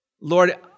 Lord